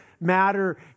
matter